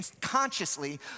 consciously